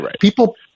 People